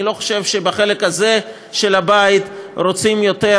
אני לא חושב שבחלק הזה של הבית רוצים יותר